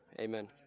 Amen